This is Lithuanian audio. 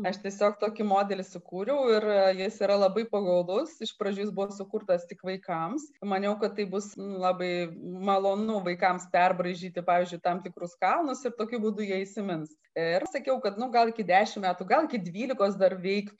aš tiesiog tokį modelį sukūriau ir jis yra labai pagaulus iš pradžių jis buvo sukurtas tik vaikams maniau kad tai bus labai malonu vaikams perbraižyti pavyzdžiui tam tikrus kalnus ir tokiu būdu jie įsimins ir sakiau kad nu gal dešimt metų gal dvylikos dar veiktų